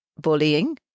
bullying